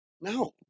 No